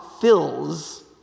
fills